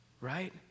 right